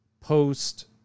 post